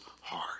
heart